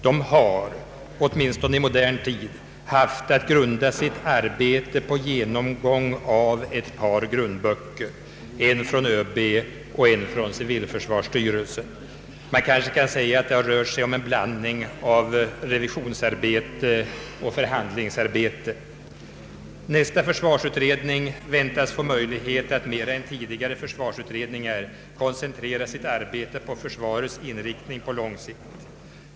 De har, åtminstone i modern tid, haft att grunda sitt arbete på genomgång av ett par grundböcker, en från ÖB och en från civilförsvarsstyrelsen. Man kan kanske säga att det har rört sig om en blandning av revisionsarbete och förhandlingsarbete. Nästa försvarsutredning väntas få möjlighet att mer än tidigare försvarsutredningar koncentrera sitt arbete på försvarets inriktning på lång sikt.